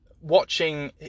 watching